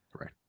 Right